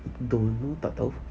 don't know tak tahu